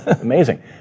Amazing